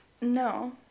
No